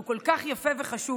הוא כל כך יפה וחשוב.